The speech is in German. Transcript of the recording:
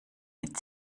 mit